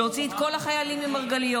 להוציא את כל החיילים ממרגליות.